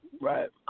Right